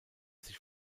sich